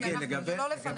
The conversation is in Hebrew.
זה לא לפנינו.